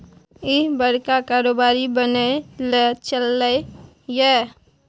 इह बड़का कारोबारी बनय लए चललै ये